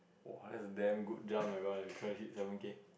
!woah! that's a damn good jump eh try hit seven K